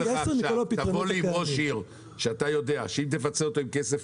אתה יכול עם ראש עיר שאתה יודע שאם תפצה אותו עם כסף